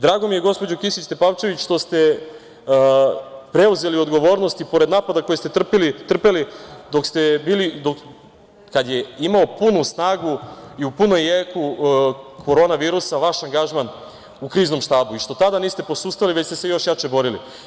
Drago mi je, gospođo Kisić Tepavčević, što ste preuzeli odgovornost i pored napada koje ste trpeli dok ste bili, kad je imao punu snagu i u punom jeku Korona virusa, vaš angažman u Kriznom štabu i što tada niste posustali, već ste se još jače borili.